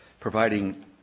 providing